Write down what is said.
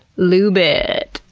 luuuube it.